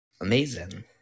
amazing